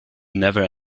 never